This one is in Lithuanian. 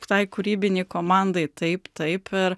tai kūrybinei komandai taip taip ir